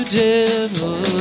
devil